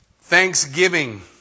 Thanksgiving